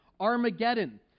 Armageddon